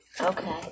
Okay